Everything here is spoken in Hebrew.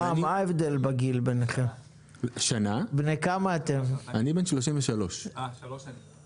בתור חבר כנסת צעיר אני